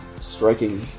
striking